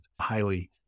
highly